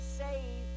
save